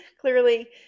Clearly